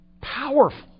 powerful